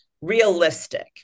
realistic